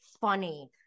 funny